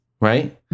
right